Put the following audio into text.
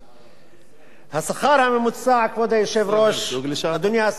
השכר הממוצע, כבוד היושב-ראש ואדוני השר, בסח'נין